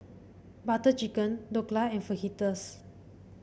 Butter Chicken Dhokla and Fajitas